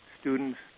students